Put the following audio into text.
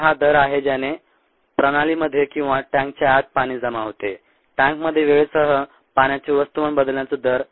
तर हा दर आहे ज्याने प्रणालीमध्ये किंवा टँकच्या आत पाणी जमा होते टँकमध्ये वेळेसह पाण्याचे वस्तुमान बदलण्याचा दर